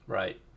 right